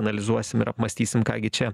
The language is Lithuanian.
analizuosim ir apmąstysim ką gi čia